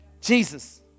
Jesus